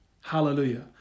Hallelujah